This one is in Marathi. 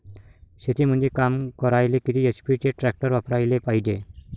शेतीमंदी काम करायले किती एच.पी चे ट्रॅक्टर वापरायले पायजे?